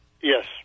Yes